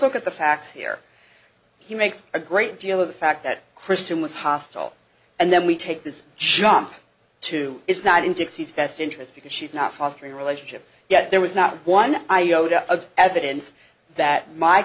look at the facts here he makes a great deal of the fact that kristen was hostile and then we take this jump to it's not in dixie's best interest because she's not fostering a relationship yet there was not one iota of evidence that my